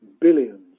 billions